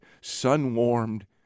sun-warmed